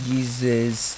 uses